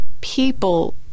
people